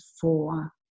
four